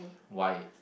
why